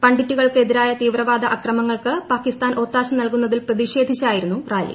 പണ്ഡിറ്റുകൾക്കു എതിരായ തീവ്രവാദ അക്രമങ്ങൾക്ക് പാക്കിസ്ഥാൻ ഒത്താശ നൽകുന്നതിൽ പ്രതിഷേധിച്ചായിരുന്നു റാലി